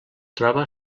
troba